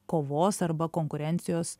kovos arba konkurencijos